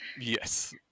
yes